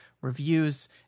reviews